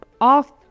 off